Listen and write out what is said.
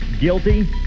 Guilty